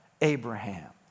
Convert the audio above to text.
Abraham